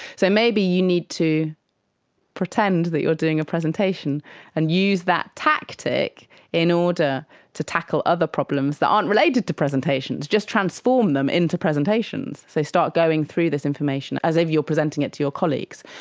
so maybe you need to pretend that you're doing a presentation and use that tactic in order to tackle other problems that aren't related to presentations, just transform them into presentations, so start going through this information as if you are presenting it to your colleagues.